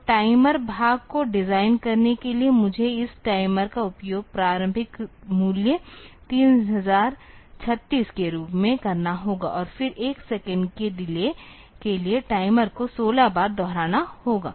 तो टाइमर भाग को डिजाइन करने के लिए मुझे इस टाइमर का उपयोग प्रारंभिक मूल्य 3036 के रूप में करना होगा और फिर 1 सेकंड की डिले के लिए टाइमर को 16 बार दोहराना होगा